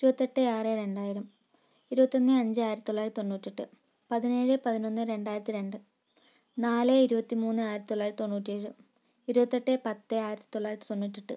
ഇരുപത്തിയെട്ട് ആറ് രണ്ടായിരം ഇരുപത്തിയൊന്ന് അഞ്ച് ആയിരത്തിതൊള്ളായിരത്തി തൊണ്ണൂറ്റിയെട്ട് പതിനേഴ് പതിനൊന്ന് രണ്ടായിരത്തിരണ്ട് നാല് ഇരുപത്തിമൂന്ന് ആയിരത്തിത്തൊള്ളായിരത്തി തൊണ്ണൂറ്റിയേഴ് ഇരുപത്തിയെട്ട് പത്ത് ആയിരത്തിത്തൊള്ളായിരത്തി തൊണ്ണൂറ്റിയെട്ട്